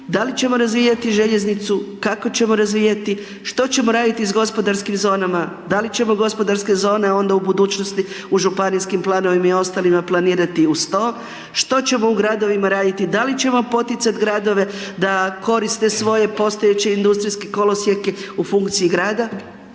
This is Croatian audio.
da li ćemo razvijati željeznicu, kako ćemo razvijati, što ćemo raditi sa gospodarskim zonama, da li ćemo gospodarske zone onda u budućnosti u županijskim planovima i ostalima planirati uz to, što ćemo u gradovima raditi, da li ćemo poticati gradove da koriste svoje postojeće industrijske kolosijeke u funkcije grada,